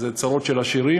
אז זה צרות של עשירים.